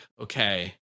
okay